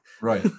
Right